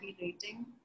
rating